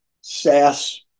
SaaS